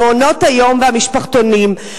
במעונות-היום ובמשפחתונים,